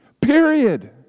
Period